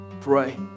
Pray